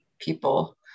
people